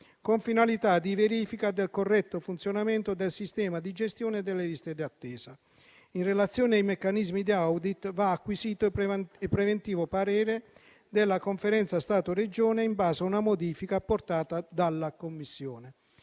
con finalità di verifica del corretto funzionamento del sistema di gestione delle liste d'attesa. In relazione ai meccanismi di *audit* va acquisito il preventivo parere della Conferenza Stato-Regioni in base a una modifica apportata dalla Commissione.